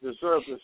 deserves